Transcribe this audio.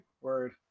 Word